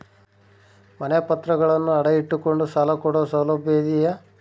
ಮನೆ ಪತ್ರಗಳನ್ನು ಅಡ ಇಟ್ಟು ಕೊಂಡು ಸಾಲ ಕೊಡೋ ಸೌಲಭ್ಯ ಇದಿಯಾ?